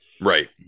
Right